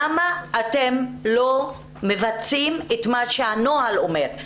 למה אתם לא מבצעים את מה שהנוהל אומר?